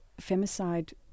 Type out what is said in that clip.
femicide